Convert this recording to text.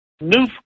new